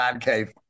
cave